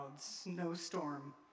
Snowstorm